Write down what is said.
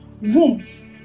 rooms